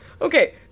Okay